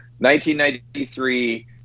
1993